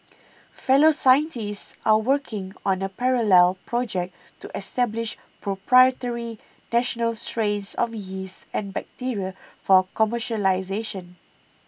fellow scientists are working on a parallel project to establish proprietary national straits of yeast and bacteria for commercialisation